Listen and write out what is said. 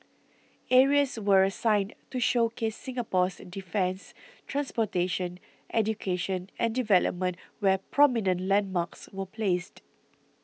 areas were assigned to showcase Singapore's defence transportation education and development where prominent landmarks were placed